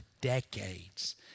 decades